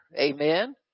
Amen